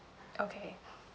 okay